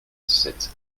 sept